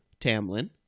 Tamlin